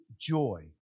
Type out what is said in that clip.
joy